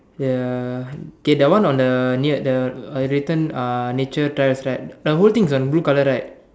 ya okay that one on the near the uh return uh nature trails right the whole thing is on blue colour right